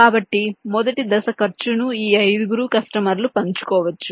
కాబట్టి మొదటి దశ ఖర్చును ఈ ఐదుగురు కస్టమర్లు పంచుకోవచ్చు